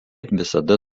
visada